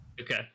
Okay